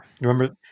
remember